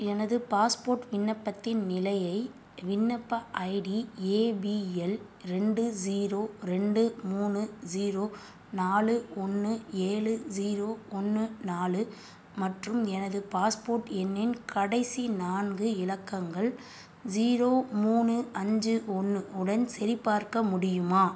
எனது பாஸ்போர்ட் விண்ணப்பத்தின் நிலையை விண்ணப்ப ஐடி ஏபிஎல் ரெண்டு ஜீரோ ரெண்டு மூணு ஜீரோ நாலு ஒன்று ஏழு ஜீரோ ஒன்று நாலு மற்றும் எனது பாஸ்போர்ட் எண்ணின் கடைசி நான்கு இலக்கங்கள் ஜீரோ மூணு அஞ்சு ஒன்று உடன் சரிபார்க்க முடியுமா